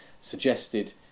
suggested